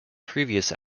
previous